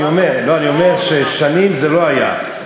אני אומר ששנים זה לא היה.